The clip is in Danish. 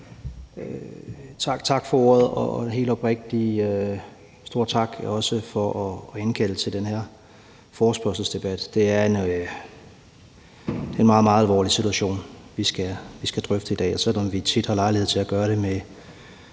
Tak for ordet, og helt oprigtig stor tak også for indkalde til den her forespørgselsdebat. Det er en meget, meget alvorlig situation, vi skal drøfte i dag. Selv om vi tit har lejlighed til at gøre det med